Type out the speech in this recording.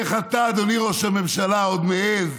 איך אתה, אדוני ראש הממשלה, עוד מעז